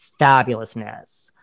fabulousness